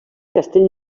castell